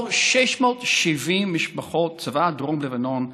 670 משפחות צבא דרום לבנון,